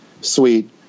suite